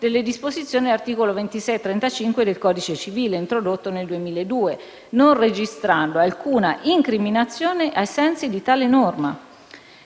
delle disposizioni dell'articolo 2635 del codice civile, introdotto nel 2002, non registrando alcuna incriminazione ai sensi di tale norma.